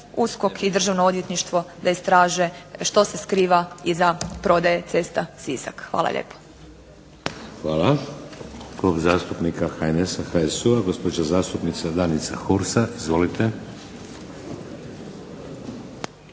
USKOK i Državno odvjetništvo da istraže što se skriva iza prodaje cesta Sisak. Hvala lijepo. **Šeks, Vladimir (HDZ)** Hvala. Klub zastupnika HNS-a, HSU-a, gospođa zastupnica Danica Hursa. Izvolite.